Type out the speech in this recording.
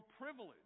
privilege